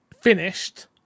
finished